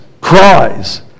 cries